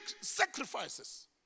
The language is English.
sacrifices